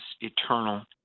eternal